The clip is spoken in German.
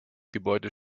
gebäude